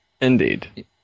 Indeed